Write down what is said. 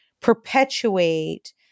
perpetuate